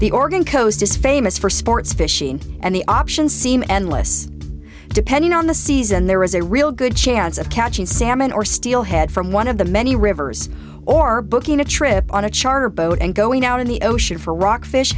the organ coast is famous for sports fishing and the options seem endless depending on the season there is a real good chance of catching salmon or steelhead from one of the many rivers or booking a trip on a charter boat and going out in the ocean for rockfish